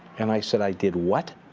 and i said, i did what?